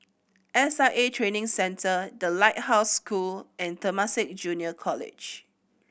S I A Training Centre The Lighthouse School and Temasek Junior College